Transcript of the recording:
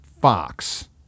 Fox